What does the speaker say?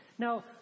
Now